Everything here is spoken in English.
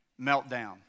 meltdown